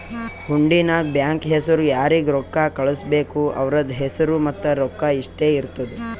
ಹುಂಡಿ ನಾಗ್ ಬ್ಯಾಂಕ್ ಹೆಸುರ್ ಯಾರಿಗ್ ರೊಕ್ಕಾ ಕಳ್ಸುಬೇಕ್ ಅವ್ರದ್ ಹೆಸುರ್ ಮತ್ತ ರೊಕ್ಕಾ ಇಷ್ಟೇ ಇರ್ತುದ್